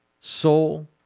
soul